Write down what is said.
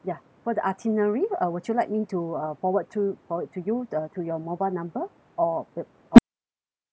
for the itinerary uh would you like me to uh forward to forward to you the to your mobile number or e~ or email address